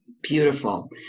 Beautiful